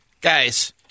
guys